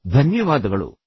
ಧನ್ಯವಾದಗಳು